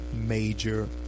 major